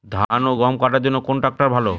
ধান ও গম কাটার জন্য কোন ট্র্যাক্টর ভালো?